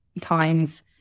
times